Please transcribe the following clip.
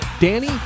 Danny